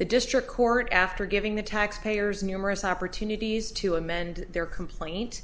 the district court after giving the taxpayer's numerous opportunities to amend their complaint